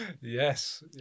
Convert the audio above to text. Yes